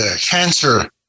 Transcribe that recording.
cancer